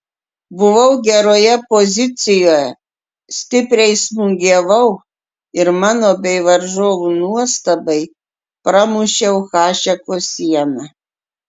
buvau geroje pozicijoje stipriai smūgiavau ir mano bei varžovų nuostabai pramušiau hašeko sieną